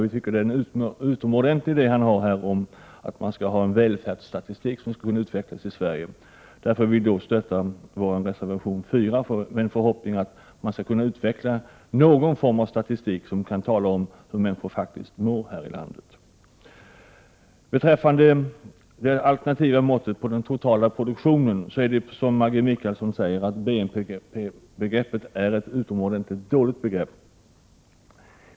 Vi tycker att det är en utomordentlig idé han har om en välfärdsstatistik, som skulle kunna utvecklas i Sverige. Jag yrkar bifall till reservation 4, med förhoppningen att det skall utvecklas någon form av statistik som kan tala om hur människor faktiskt mår här i landet. Beträffande det alternativa måttet på den totala produktionen förhåller det sig som Maggi Mikaelsson sade, att BNP-begreppet är utomordentligt dåligt.